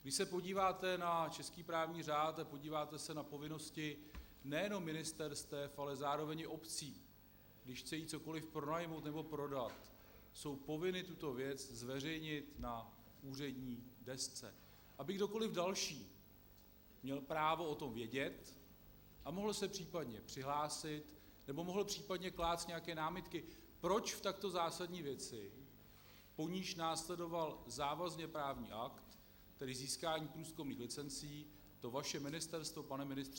Když se podíváte na český právní řád a povinnosti nejenom ministerstev, ale zároveň i obcí, když chtějí cokoliv pronajmout nebo prodat, jsou povinny tuto věc zveřejnit na úřední desce, aby kdokoliv další měl právo o tom vědět a mohl se případně přihlásit nebo mohl případně klást nějaké námitky proč v takto zásadní věci, po níž následoval závazně právní akt, tedy získání průzkumných licencí, to vaše ministerstvo, pane ministře, nevyvěsilo?